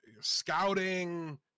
scouting